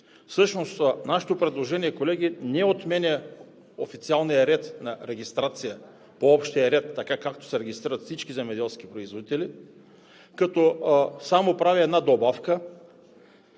Всъщност нашето предложение, колеги, не отменя официалния ред на регистрация по общия ред, така, както се регистрират всички земеделски производители, а прави само една добавка: